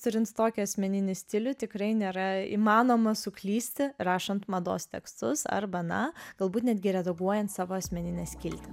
turint tokį asmeninį stilių tikrai nėra įmanoma suklysti rašant mados tekstus arba na galbūt netgi redaguojant savo asmeninę skiltį